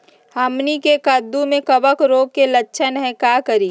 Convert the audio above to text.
हमनी के कददु में कवक रोग के लक्षण हई का करी?